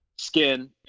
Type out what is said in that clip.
skin